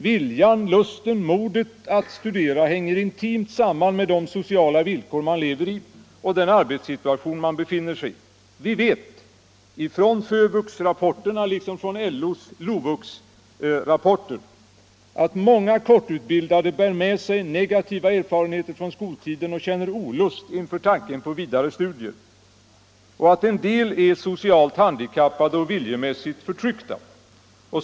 Viljan, lusten, modet att studera hänger intimt samman med de sociala villkor man lever i och den arbetssituation som man befinner sig i. Vi vet från FÖVUX-rapporterna liksom från LO:s LOVUX-rapporter att många kortutbildade bär med sig negativa erfarenheter från skoltiden och känner olust inför tanken på vidare studier och att en del är socialt handikappade och viljemässigt förtryckta.